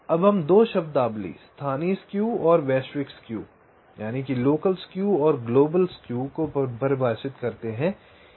अब हम 2 शब्दावली स्थानीय स्क्यू और वैश्विक स्क्यू को परिभाषित करते हैं